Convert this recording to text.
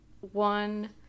one